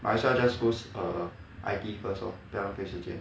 might as well just go err I_T_E first lor 不要浪费时间